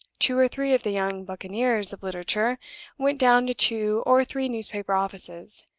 two or three of the young buccaneers of literature went down to two or three newspaper offices,